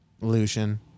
Lucian